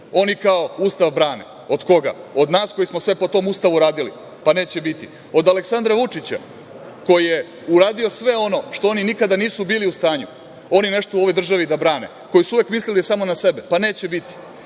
oni kao Ustav brane. Od koga? Od nas koji smo sve po tom Ustavu radili. Pa neće biti. Od Aleksandra Vučića, koji je uradio sve ono što oni nikada nisu bili u stanju, oni nešto u ovoj državi da brane, koji su uvek mislili samo na sebe, pa neće biti,